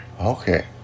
Okay